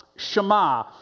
Shema